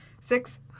Six